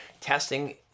Testing